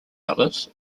outlets